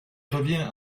revient